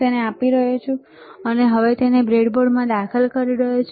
તે તેને બ્રેડબોર્ડમાં દાખલ કરી રહ્યો છે